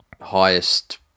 highest